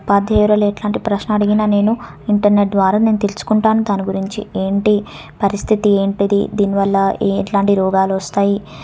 ఉపాధ్యాయురాలు ఎట్లాంటి ప్రశ్న అడిగినా నేను ఇంటర్నెట్ ద్వారా నేను తెలుసుకుంటాను దాని గురించి ఏంటి పరిస్థితి ఏంటిది దీనివల్ల ఏట్లాంటి రోగాలు వస్తాయి